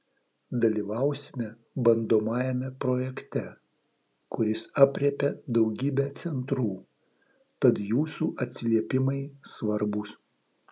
dalyvausime bandomajame projekte kuris aprėpia daugybę centrų tad jūsų atsiliepimai svarbūs